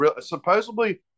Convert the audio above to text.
supposedly